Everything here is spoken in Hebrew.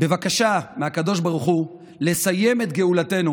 לבקשה מהקדוש ברוך הוא לסיים את גאולתנו